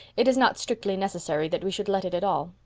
it is not strictly necessary that we should let it at all.